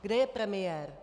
Kde je premiér?